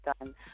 done